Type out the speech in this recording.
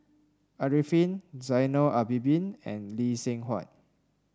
Arifin Zainal Abidin and Lee Seng Huat